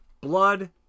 blood